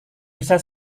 bisa